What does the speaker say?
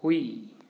ꯍꯨꯏ